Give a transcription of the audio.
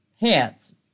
hands